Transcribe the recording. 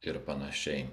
ir panašiai